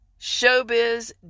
showbiz